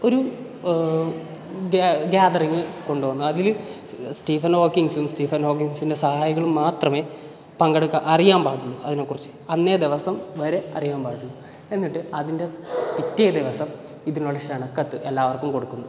ഒരു ഗാതറിങ്ങ് കൊണ്ടുവന്ന് അതിൽ സ്റ്റീഫൻ ഹോക്കിൻസ് സ്റ്റീഫൻ ഹോക്കിൻസിൻ്റെ സഹായികളും മാത്രമേ പങ്കെടുക്കാൻ അറിയാൻ പാടുള്ളൂ അതിനെക്കുറിച്ച് അന്നേ ദിവസം വരെ അറിയാൻ പാടില്ല എന്നിട്ട് അതിൻ്റെ പിറ്റേ ദിവസം ഇതിനോട് ക്ഷണക്കത്ത് എല്ലാവർക്കും കൊടുക്കുന്നു